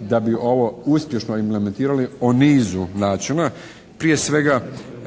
da bi ovo uspješno implementirali u nizu načina. Prije svega